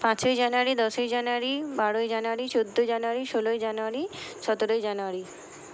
পাঁচই জানুয়ারি দশই জানুয়ারি বারোই জানুয়ারি চোদ্দো জানুয়ারি ষোলোই জানুয়ারি সতেরোই জানুয়ারি